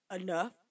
enough